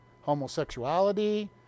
Homosexuality